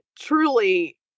truly